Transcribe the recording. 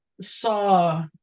saw